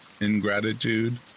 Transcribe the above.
ingratitude